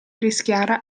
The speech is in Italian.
rischiara